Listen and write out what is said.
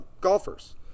golfers